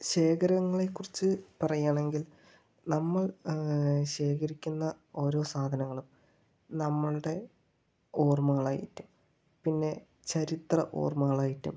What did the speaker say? ശേഖരങ്ങളെക്കുറിച്ച് പറയുകയാണെങ്കിൽ നമ്മൾ ശേഖരിക്കുന്ന ഓരോ സാധനങ്ങളും നമ്മളുടെ ഓർമ്മകളായിട്ടും പിന്നെ ചരിത്ര ഓർമ്മകളായിട്ടും